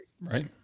Right